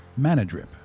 ManaDrip